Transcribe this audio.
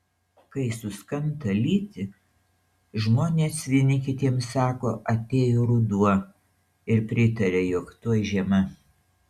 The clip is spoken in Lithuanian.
kai suskanta lyti žmonės vieni kitiems sako atėjo ruduo ir pritaria jog tuoj žiema